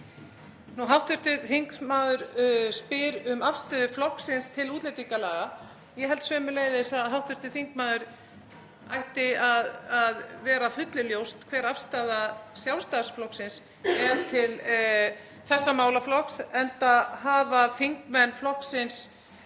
Hv. þingmaður spyr um afstöðu flokksins til útlendingalaga. Ég held sömuleiðis að hv. þingmanni ætti að vera að fullu ljóst hver afstaða Sjálfstæðisflokksins er til þessa málaflokks, enda hafa þingmenn flokksins